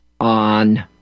on